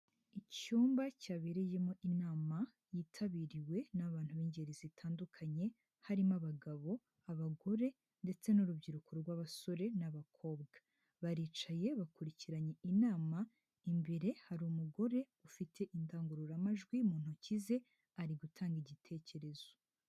Icyumba cyabereyemo inama yitabiriwe n'abantu b'ingeri zitandukanye, harimo abagabo, abagore ndetse n'urubyiruko rw'abasore n'abakobwa. Baricaye bakurikiranye inama imbere hari umugore ufite indangururamajwi mu ntoki ze ari gutanga igitekerezo.